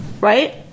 right